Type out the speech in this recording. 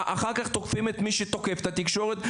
אחר כך תוקפים את מי שתוקף את התקשורת,